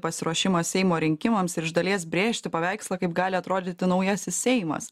pasiruošimą seimo rinkimams ir iš dalies brėžti paveikslą kaip gali atrodyti naujasis seimas